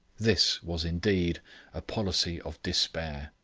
this was indeed a policy of despair!